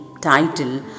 title